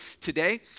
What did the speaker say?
today